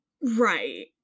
right